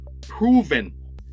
proven